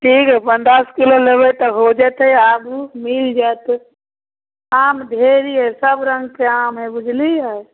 ठीक अपन दस किलो लेबै तऽ हो जेतै आबू मिलि जाएत आम ढेरी हइ सबरङ्गके आम हइ बुझलिए